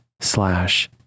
slash